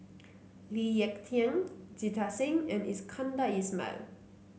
Lee Ek Tieng Jita Singh and Iskandar Ismail